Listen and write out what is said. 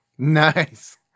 nice